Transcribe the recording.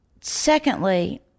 Secondly